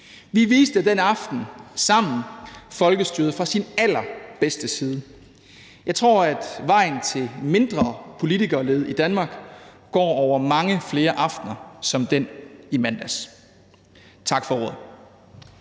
Vi viste den aften sammen folkestyret fra sin allerbedste side. Jeg tror, at vejen til mindre politikerlede i Danmark går over mange flere aftener som den i mandags. Tak for ordet.